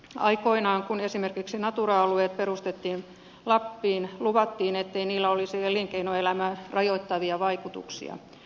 aikoinaan kun esimerkiksi natura alueet perustettiin lappiin luvattiin ettei niillä olisi elinkeinoelämää rajoittavia vaikutuksia